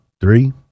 three